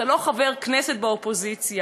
אתה לא חבר כנסת באופוזיציה.